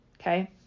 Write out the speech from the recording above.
okay